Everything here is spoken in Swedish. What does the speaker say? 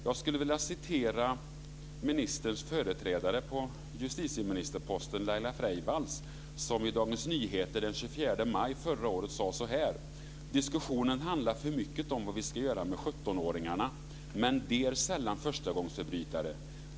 Jag skulle vilja citera ministerns företrädare på justitieministerposten Laila Freivalds som i Dagens Nyheter den 24 maj förra året sade så här: "Diskussionerna handlar för mycket om vad vi ska göra med 17-åringarna, men de är sällan förstagångsförbrytare.